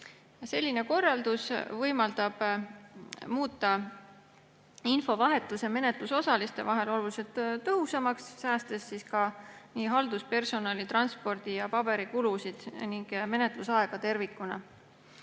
Selline korraldus võimaldab muuta infovahetuse menetlusosaliste vahel oluliselt tõhusamaks, säästes nii haldus-, personali‑, transpordi‑ ja paberikulusid ning menetlusaega tervikuna.